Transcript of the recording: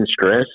stress